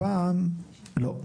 הפעם לא.